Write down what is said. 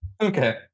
Okay